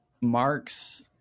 marks